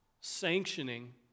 sanctioning